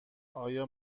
آیا